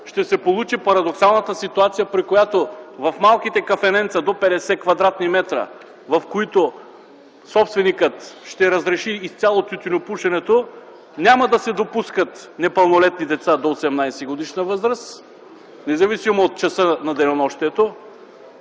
ще се получи парадоксалната ситуация, при която в малките кафененца до 50 кв. м, в които собственикът ще разреши изцяло тютюнопушенето, няма да се допускат непълнолетни деца до 18-годишна възраст, независимо от часа на денонощието,